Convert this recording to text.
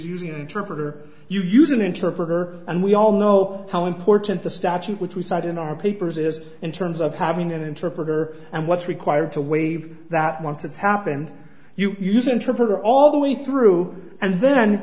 using an interpreter you use an interpreter and we all know how important the statute which we cite in our papers is in terms of having an interpreter and what's required to waive that once it's happened you use interpreter all the way through and then